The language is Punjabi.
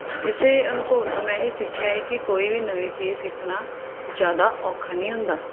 ਇਸੇ ਅਨੁਭਵ ਤੋਂ ਮੈਂ ਇਹ ਸਿੱਖਿਆ ਹੈ ਕਿ ਕੋਈ ਵੀ ਨਵੀਂ ਚੀਜ਼ ਸਿੱਖਣਾ ਜ਼ਿਆਦਾ ਔਖਾ ਨਹੀਂ ਹੁੰਦਾ